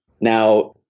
Now